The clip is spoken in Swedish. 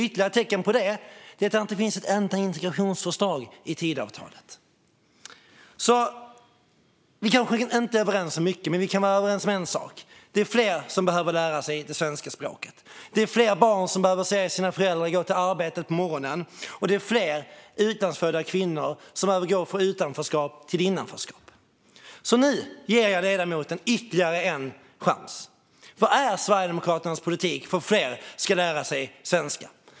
Ytterligare ett tecken på det är att det inte finns ett enda integrationsförslag i Tidöavtalet. Vi kanske inte är överens om mycket, men vi kan i alla fall vara överens om en sak: Det är fler som behöver lära sig det svenska språket, det är fler barn som behöver se sina föräldrar gå till arbetet på morgonen och det är fler utlandsfödda kvinnor som behöver gå från utanförskap till innanförskap. Nu ger jag ledamoten ytterligare en chans. Vad är Sverigedemokraternas politik för att fler ska lära sig svenska?